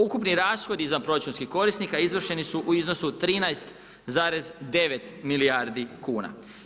Ukupni rashodi izvanproračunskih korisnika izvršeni su u iznosu od 13,9 milijardi kuna.